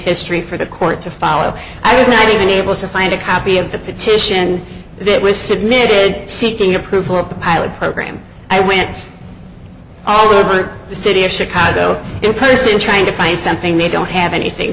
history for the court to follow i was not even able to find a copy of the petition that was submitted seeking approval of the pilot program i went all over the city of chicago in person trying to find something we don't have anything